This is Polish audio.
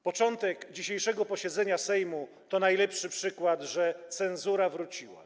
Początek dzisiejszego posiedzenia Sejmu to najlepszy przykład, że cenzura wróciła.